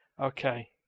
Okay